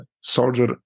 soldier